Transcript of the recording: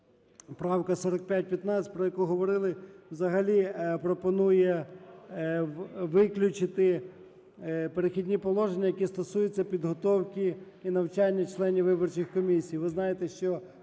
правка 4515, про яку говорили, взагалі пропонує виключити "Перехідні положення", які стосуються підготовки і навчання членів виборчих комісій. Ви знаєте, що